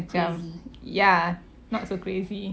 macam ya not so crazy